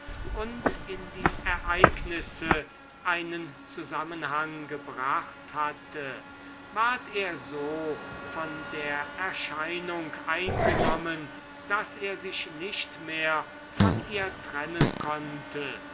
und in die ereignisse einen zusammenhang gebracht hatte ward er so von der erscheinung eingenommen daß er sich nicht mehr von ihr trennen konnte